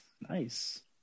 nice